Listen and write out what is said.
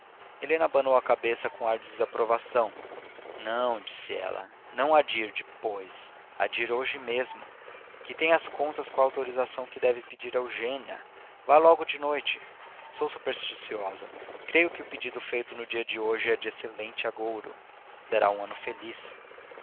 helena abanou a cabeça com ar de desaprovação não disse ela não há de ir depois há de ir hoje mesmo que têm as contas com a autorização que deve pedir a eugênia vá logo de noite sou supersticiosa creio que o pedido feito no dia de hoje é de excelente agouro dará um ano feliz